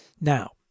Now